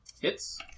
Hits